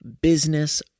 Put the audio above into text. business